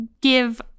give